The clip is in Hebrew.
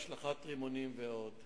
השלכת רימונים ועוד.